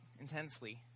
intensely